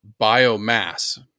biomass